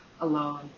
alone